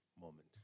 moment